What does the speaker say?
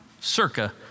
circa